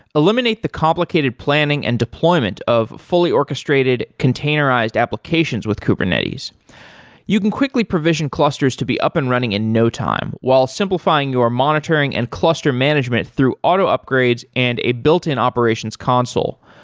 eliminate the complicated planning and deployment of fully orchestrated containerized applications with kubernetes you can quickly provision clusters to be up and running in no time, while simplifying your monitoring and cluster management through auto upgrades and a built-in operations console.